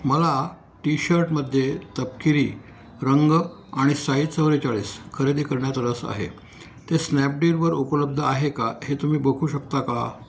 मला टी शर्टमध्ये तपकिरी रंग आणि साईज चव्वेचाळीस खरेदी करण्यात रस आहे ते स्नॅपडीलवर उपलब्ध आहे का हे तुम्ही बघू शकता का